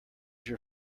your